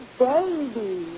baby